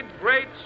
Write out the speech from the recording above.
great